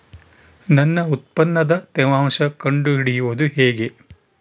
ನನ್ನ ಉತ್ಪನ್ನದ ತೇವಾಂಶ ಕಂಡು ಹಿಡಿಯುವುದು ಹೇಗೆ?